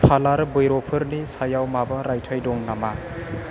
प'लार बेयार फोरनि सायाव माबा रायथाइ दं नामा